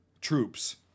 troops